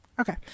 Okay